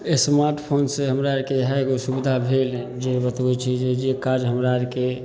स्मार्टफोनसे हमरा आरके इएह एगो सुविधा भेल जे बतबै छी जे जे काज हमरा आरके